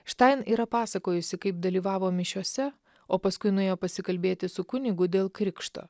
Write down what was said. štain yra pasakojusi kaip dalyvavo mišiose o paskui nuėjo pasikalbėti su kunigu dėl krikšto